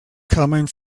coming